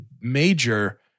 major